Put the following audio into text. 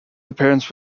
appearance